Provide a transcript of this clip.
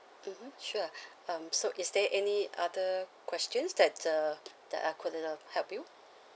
mmhmm sure um so is there any other questions that uh that I could uh help you